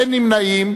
אין נמנעים.